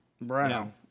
Brown